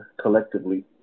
collectively